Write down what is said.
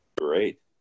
great